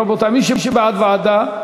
רבותי, מי שבעד ועדה,